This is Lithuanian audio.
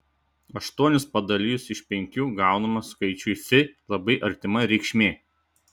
aštuonis padalijus iš penkių gaunama skaičiui fi labai artima reikšmė